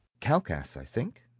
calchas, i think.